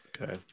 Okay